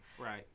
Right